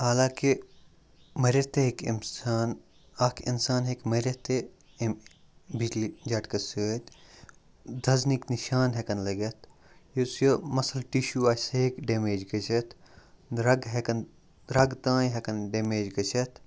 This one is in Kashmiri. حالانٛکہِ مٔرِتھ تہِ ہیٚکہِ اِنسان اَکھ اِنسان ہیٚکہِ مٔرِتھ تہِ ایمہِ بِجلی جَٹکَس سۭتۍ دَزنٕکۍ نِشان ہٮ۪کَن لٔگِتھ یُس یہِ مَسل ٹِشوٗ آسہِ سُہ ہیٚکہِ ڈیمیج گٔژھِتھ رگہٕ ہٮ۪کن رگہٕ تانۍ ہٮ۪کَن ڈیمیج گٔژھِتھ